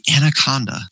Anaconda